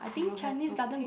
you have to pay